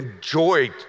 joy